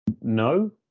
No